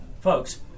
Folks